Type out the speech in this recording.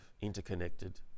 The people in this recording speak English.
interconnected